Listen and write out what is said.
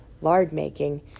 lard-making